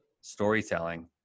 storytelling